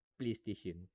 playstation